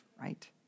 right